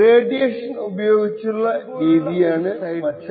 radiation ഉപയോഗിച്ചുള്ള രീതിയാണ് മറ്റൊരു പ്രശസ്തമായ സൈഡ് ചാനൽ